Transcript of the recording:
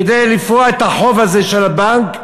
כדי לפרוע את החוב הזה לבנק.